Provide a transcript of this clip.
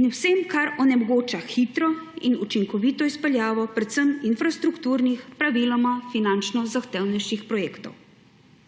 in vsem, kar onemogoča hitro in učinkovito izpeljavo predvsem infrastrukturnih, praviloma finančno zahtevnejših projektov.